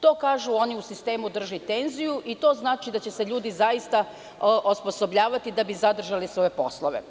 To kažu oni u sistemu, drži tenziju i to znači da će se ljudi zaista osposobljavati da bi zadržali svoje poslove.